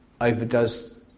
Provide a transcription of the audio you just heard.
overdoes